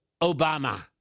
Obama